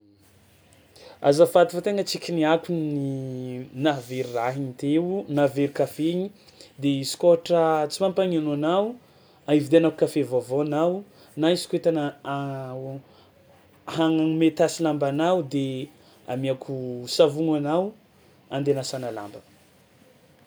Azafady fa tegna tsy kiniako ny nahavery raha igny teo nahavery kafe igny de izy koa ôhatra tsy mampagnino anao a ividianako kafe vaovao anao na izy koa tegna o- hagnome tasy lambanao de amiako savogno anao andeha anasanao lamba.